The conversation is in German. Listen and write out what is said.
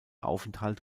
aufenthalt